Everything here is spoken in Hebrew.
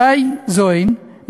ש"י זווין,